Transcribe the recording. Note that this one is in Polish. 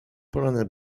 poranek